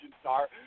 star